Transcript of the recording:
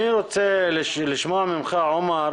אני רוצה לשמוע ממך, עומר,